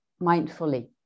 mindfully